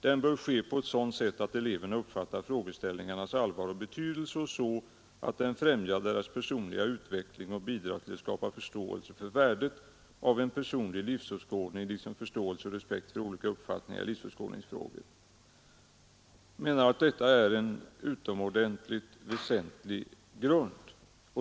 Den bör ske på ett sådant sätt, att eleverna uppfattar frågeställningarnas allvar och betydelse och så att de främjar deras personliga utveckling och bidrar till att skapa förståelse för värdet av en personlig livsåskådning liksom förståelse och respekt för olika uppfattningar i livsåskådningsfrågor.” Jag menar att detta är en mycket väsentlig grund.